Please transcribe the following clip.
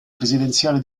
presidenziale